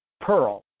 Pearl